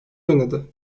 oynadı